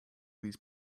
these